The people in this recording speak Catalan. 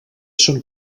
són